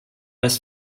das